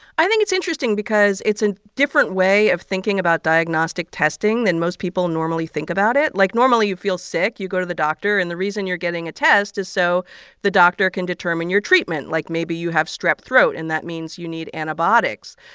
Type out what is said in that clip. i think it's interesting because it's a different way of thinking about diagnostic testing than most people normally think about it. like, normally, you feel sick, you go to the doctor, and the reason you're getting a test is so the doctor can determine your treatment. like, maybe you have strep throat, and that means you need antibiotics.